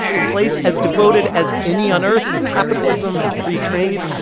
a place as devoted as any on earth to capitalism and free trade,